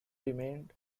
remained